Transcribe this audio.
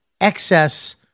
excess